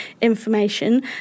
information